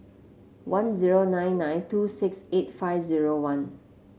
one zero nine nine two six eight five zero one